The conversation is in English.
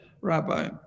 Rabbi